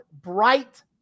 bright